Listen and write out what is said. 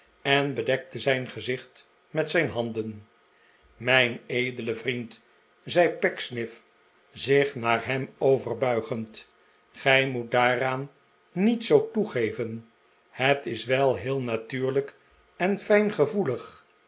en bedekte zijn gezicht met zijn handen mijn edele vriend zei pecksniff zich naar hem overbuigend gij moet daaraan niet zoo toegeven het is wel heel natuurlijk en